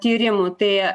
tyrimų tai